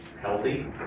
healthy